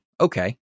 okay